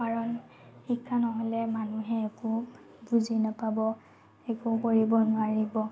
কাৰণ শিক্ষা নহ'লে মানুহে একো বুজি নাপাব একো কৰিব নোৱাৰিব